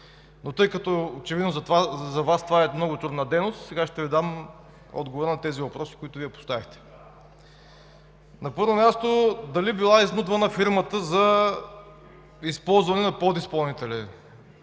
Тъй като очевидно за Вас това е много трудна дейност, сега ще Ви дам отговора на тези въпроси, които Вие поставихте. На първо място, дали е била изнудвана фирмата за използване на подизпълнители?